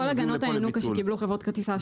כל הגנות הינוקא שקיבלו חברות כרטיס האשראי אושררו.